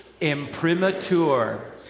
Imprimatur